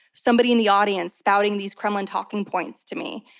somebody in the audience spouting these kremlin talking points to me.